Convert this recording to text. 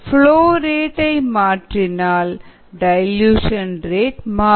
flow rate மாற்றினால் dilution rate மாறும்